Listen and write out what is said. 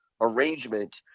arrangement